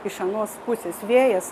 iš anos pusės vėjas